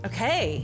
Okay